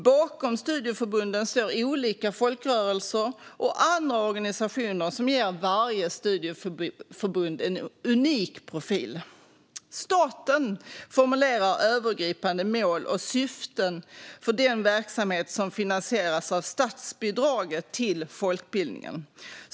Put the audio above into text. Bakom studieförbunden står olika folkrörelser och andra organisationer som ger varje studieförbund en unik profil. Staten formulerar övergripande mål och syften för den verksamhet som finansieras av statsbidraget till folkbildningen.